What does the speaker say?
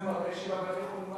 זה מראה שבבתי-החולים האחרים